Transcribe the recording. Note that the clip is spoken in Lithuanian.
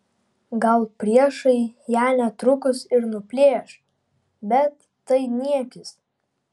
gal priešai ją netrukus ir nuplėš bet tai niekis